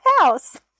house